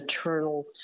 eternal